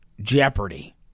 jeopardy